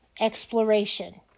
exploration